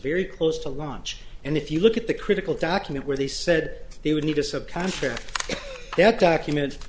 very close to launch and if you look at the critical document where they said they would need to subcontract that document